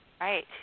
Right